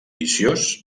viciós